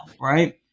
right